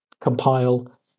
compile